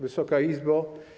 Wysoka Izbo!